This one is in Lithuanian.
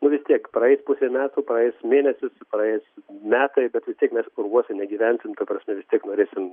nu vis tiek praeis pusė metų praeis mėnesis praeis metai bet vis tiek mes urvuose negyvensim ta prasme vis tiek norėsim